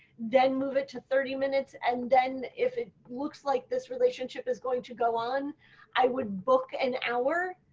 then move it to thirty minutes and then if it looks like this relationship is going to go on i would book an hour,